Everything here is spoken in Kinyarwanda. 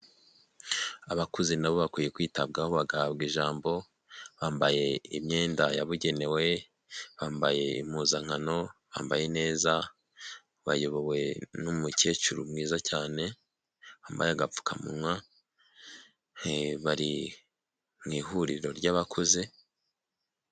Abakuze nabo bakwiye kwitabwaho bagahabwa ijambo, bambaye imyenda yabugenewe, bambaye impuzankano, bambaye neza, bayobowe n'umukecuru mwiza cyane, wambaye agapfukamunwa, bari mu ihuriro ry'abakuze.